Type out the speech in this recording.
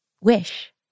Wish